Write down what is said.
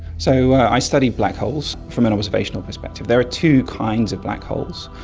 so i study black holes. from an observational perspective there are two kinds of black holes.